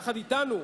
יחד אתנו,